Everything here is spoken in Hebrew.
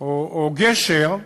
או גשר,